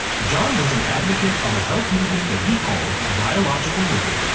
john was an advocate of a health movement that he called biological living.